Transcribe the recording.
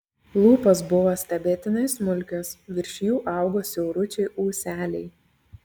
lūpos buvo stebėtinai smulkios virš jų augo siauručiai ūseliai